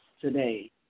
today